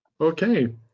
okay